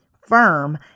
firm